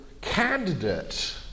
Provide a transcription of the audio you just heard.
candidate